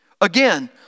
Again